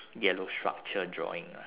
yellow structure drawing lah